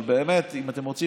אבל אם אתם רוצים,